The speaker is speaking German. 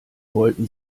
wollten